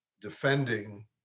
defending